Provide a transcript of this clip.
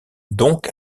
donc